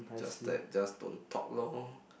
just that just don't talk lor